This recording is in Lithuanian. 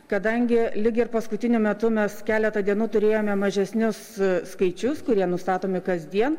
kadangi lyg ir paskutiniu metu mes keletą dienų turėjome mažesnius skaičius kurie nustatomi kasdien